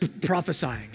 prophesying